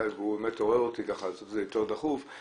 זה מערכות של 800-700 אלף שקל למערכת.